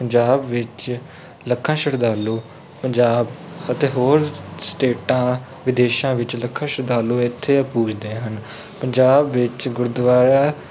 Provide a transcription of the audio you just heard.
ਪੰਜਾਬ ਵਿੱਚ ਲੱਖਾਂ ਸ਼ਰਧਾਲੂ ਪੰਜਾਬ ਅਤੇ ਹੋਰ ਸਟੇਟਾਂ ਵਿਦੇਸ਼ਾਂ ਵਿੱਚ ਲੱਖਾਂ ਸ਼ਰਧਾਲੂ ਇੱਥੇ ਪੂਜਦੇ ਹਨ ਪੰਜਾਬ ਵਿੱਚ ਗੁਰਦੁਆਰਿਆਂ